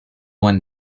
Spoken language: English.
one